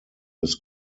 his